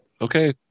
Okay